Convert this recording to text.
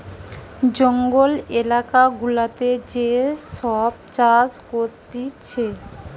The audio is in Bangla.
জঙ্গল এলাকা গুলাতে যে সব চাষ করতিছে